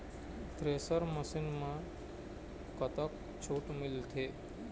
Thresher machine म कतक छूट मिलथे?